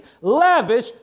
lavish